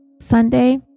Sunday